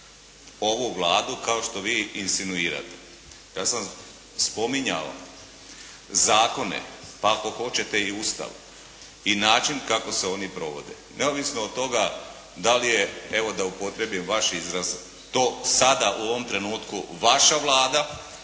ovu Vladu kao što vi insinuirate. Ja sam spominjao zakone, pa ako hoćete i Ustav i način kako se oni provode. Neovisno od toga da li je, evo da upotrijebim vaš izraz to sada u ovom trenutku vaša Vlada,